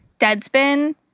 Deadspin